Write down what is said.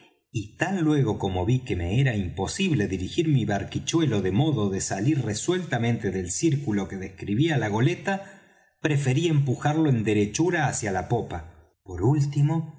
y tan luego como ví que me era imposible dirigir mi barquichuelo de modo de salir resueltamente del círculo que describía la goleta preferí empujarlo en derechura hacia la popa por último